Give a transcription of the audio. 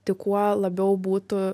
tik kuo labiau būtų